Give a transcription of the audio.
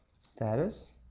status